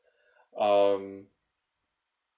um